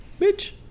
Bitch